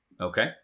Okay